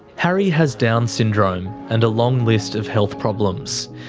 harry has down syndrome, and a long list of health problems.